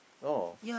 oh